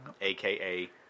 aka